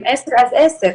אם עשר אז עשר.